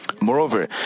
Moreover